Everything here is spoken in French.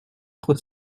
trop